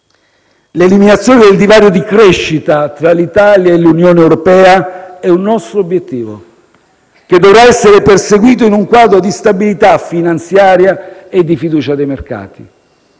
l'eliminazione del divario di crescita tra l'Italia e l'Unione europea è un nostro obiettivo, che dovrà essere perseguito in un quadro di stabilità finanziaria e di fiducia dei mercati.